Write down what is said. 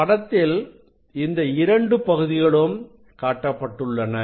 படத்தில் இந்த இரண்டு பகுதிகளும் காட்டப்பட்டுள்ளன